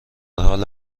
حال